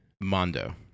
Mondo